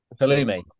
Halloumi